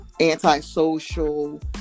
antisocial